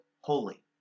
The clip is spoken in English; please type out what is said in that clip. holy